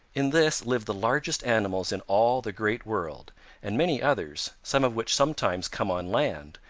in this live the largest animals in all the great world and many others, some of which sometimes come on land,